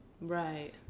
Right